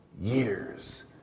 years